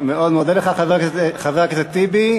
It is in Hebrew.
אני מאוד מודה לך, חבר הכנסת טיבי.